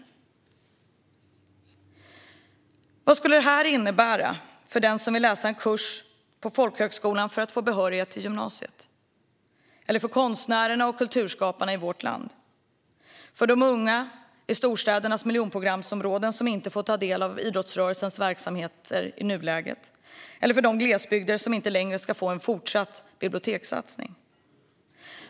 Vad skulle det här innebära för den som vill läsa en kurs på folkhögskolan för att få behörighet till gymnasiet eller för konstnärerna och kulturskaparna i vårt land, för de unga i storstädernas miljonprogramsområden som inte får ta del av idrottsrörelsens verksamheter i nuläget eller för de glesbygder som inte längre ska få en fortsatt bibliotekssatsning?